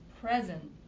present